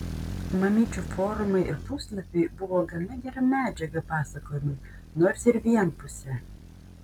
mamyčių forumai ir puslapiai buvo gana gera medžiaga pasakojimui nors ir vienpusė